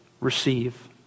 receive